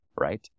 right